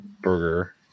Burger